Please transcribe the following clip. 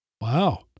Wow